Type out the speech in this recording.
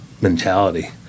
mentality